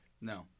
no